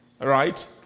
Right